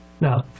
Now